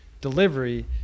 delivery